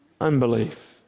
unbelief